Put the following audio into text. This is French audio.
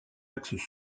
axes